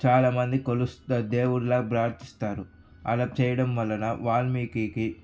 చాలా మంది కొలుస్తు దేవుళ్ళా ప్రార్థిస్తారు అలా చేయడం వలన వాల్మీకీకి